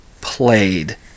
played